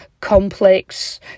complex